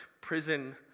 prison